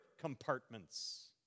compartments